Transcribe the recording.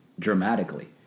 Dramatically